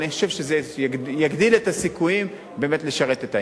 אבל אני חושב שזה יגדיל את הסיכויים באמת לשרת את העניין.